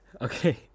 okay